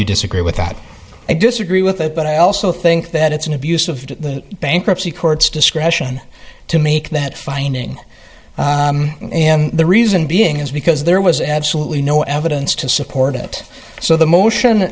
you disagree with that i disagree with it but i also think that it's an abuse of the bankruptcy courts discretion to make that finding and the reason being is because there was absolutely no evidence to support it so the motion